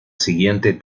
siguiente